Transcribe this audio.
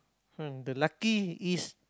!huh! the lucky is